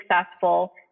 successful